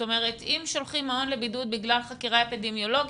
אם שולחים מעון לבידוד בגלל חקירה אפידמיולוגית,